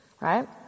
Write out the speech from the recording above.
right